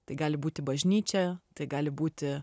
tai gali būti bažnyčia tai gali būti